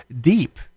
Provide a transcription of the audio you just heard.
deep